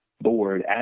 board